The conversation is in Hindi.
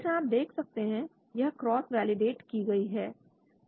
जैसा आप देख सकते हैं यह क्रॉस वैलिडेट की गई है